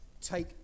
take